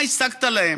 מה השגת להם?